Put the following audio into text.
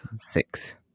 Six